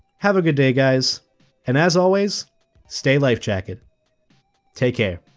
have a good day guys and as always stay lifejacket take care